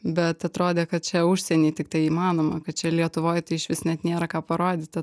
bet atrodė kad čia užsieny tiktai įmanoma kad čia lietuvoj tai išvis net nėra ką parodyt